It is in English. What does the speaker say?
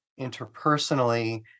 interpersonally